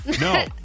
No